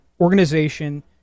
organization